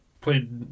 played